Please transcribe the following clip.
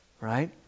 right